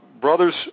Brothers